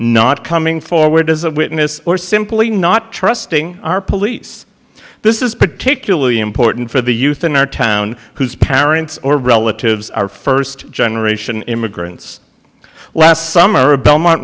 not coming forward as a witness or simply not trusting our police this is particularly important for the youth in our town whose parents or relatives are first generation immigrants last summer a belmont